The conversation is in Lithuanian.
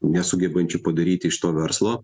nesugebančių padaryti iš to verslo